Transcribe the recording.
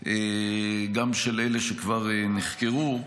גם של אלה שכבר נחקרו,